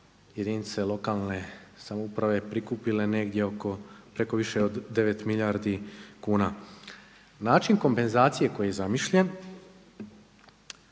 jedinice lokalne samouprave prikupile negdje oko, preko više od 9 milijardi kuna. Način kompenzacije koji je zamišljen